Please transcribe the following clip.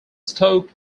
stock